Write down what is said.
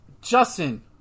Justin